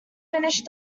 finished